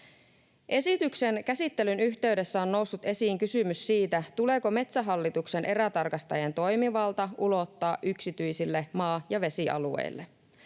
Esityksen käsittelyn yhteydessä on noussut esiin kysymys siitä, tuleeko Metsähallituksen erätarkastajien toimivalta ulottaa yksityisille maa- ja vesialueille.